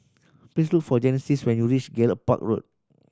please look for Genesis when you reach Gallop Park Road